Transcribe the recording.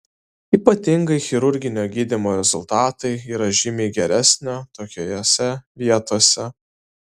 ypatingai chirurginio gydymo rezultatai yra žymiai geresnio tokiose vietose